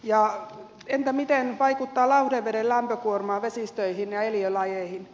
ja entä miten vaikuttaa lauhdeveden lämpökuorma vesistöihin ja eliölajeihin